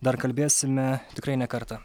dar kalbėsime tikrai ne kartą